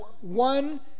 one